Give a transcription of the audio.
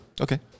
Okay